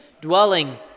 dwelling